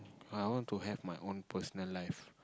ah I want to have my own personal life